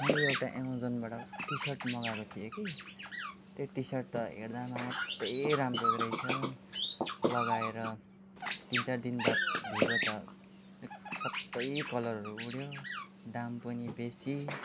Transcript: मैले एउटा एमाजोनबाट टि सर्ट मगाएको थिएँ कि त्यो टि सर्ट त हेर्दामा मात्रै राम्रो रहेछ लगाएर तिन चार दिन बाद धोएको त सबै कलरहरू उड्यो दाम पनि बेसी